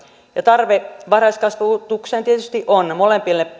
ja tarve varhaiskasvatukseen tietysti on molempien